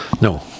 No